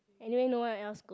anyway no one else go